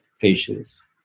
patients